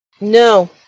No